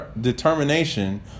determination